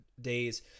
days